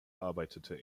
arbeitete